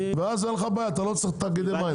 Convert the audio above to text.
ואז אין לך בעיה אתה לא צריך תאגידי מים.